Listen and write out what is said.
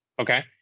Okay